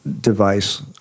device